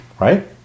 right